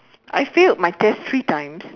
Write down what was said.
I failed my test three time